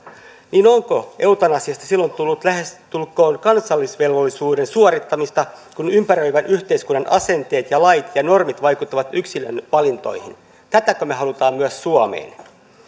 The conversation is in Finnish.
onko eutanasiasta silloin tullut lähestulkoon kansallisvelvollisuuden suorittamista kun ympäröivän yhteiskunnan asenteet lait ja normit vaikuttavat yksilön valintoihin tätäkö me haluamme myös suomeen